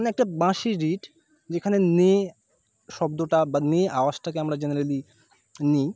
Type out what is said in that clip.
এমন একটা বাঁশি রীড যেখানে নে শব্দটা বা নে আওয়াজটাকে আমরা জেনারেলি নিই